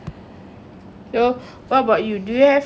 so what about you do you have any regrets